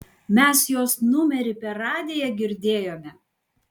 mes jos numerį per radiją girdėjome